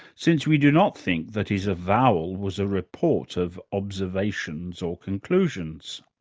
since we do not think that his avowal was a report of observations or conclusions.